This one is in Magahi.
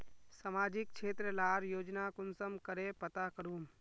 सामाजिक क्षेत्र लार योजना कुंसम करे पता करूम?